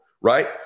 right